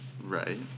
Right